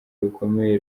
rukomeye